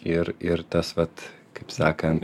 ir ir tas vat kaip sakant